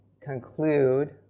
conclude